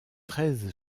treize